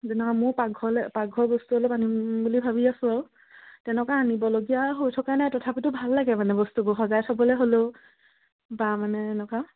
যেনে মোৰ পাকঘৰলে পাকঘৰ বস্তু অলপ আনিম বুলি ভাবি আছোঁ আৰু তেনেকুৱা আনিবলগীয়া হৈ থকা নাই তথাপিতো ভাল লাগে মানে বস্তুবোৰ সজাই থবলৈ হ'লেও বা মানে এনেকুৱা